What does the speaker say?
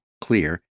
clear